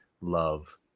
love